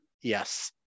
Yes